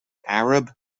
arab